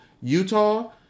Utah